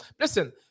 listen